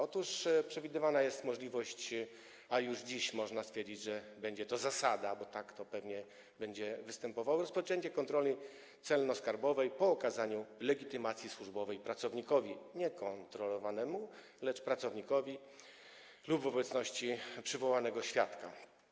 Otóż przewidywana jest możliwość, a już dziś można stwierdzić, że będzie to zasada, bo tak to pewnie będzie, rozpoczęcia kontroli celno-skarbowej po okazaniu legitymacji służbowej pracownikowi, nie kontrolowanemu, lecz pracownikowi, lub w obecności przywołanego świadka.